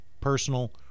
personal